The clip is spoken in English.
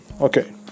okay